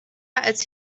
als